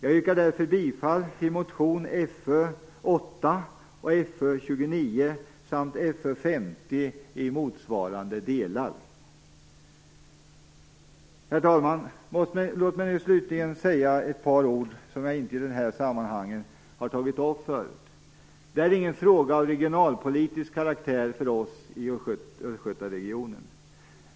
Jag yrkar därför bifall till motionerna Fö8 och Låt mig slutligen säga ett par ord om en fråga som inte i de här sammanhangen förut tagits upp. Det här är ingen fråga av regionalpolitisk karaktär för oss i Östgötaregionen.